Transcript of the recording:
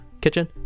Kitchen